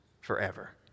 forever